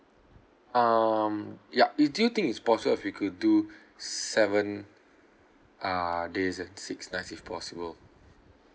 um yup you do you think it's possible if you could do seven uh days and six nights if possible